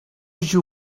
you